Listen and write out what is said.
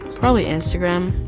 probably instagram.